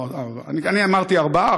אני אמרתי ארבעה,